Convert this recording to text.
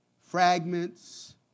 fragments